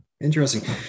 interesting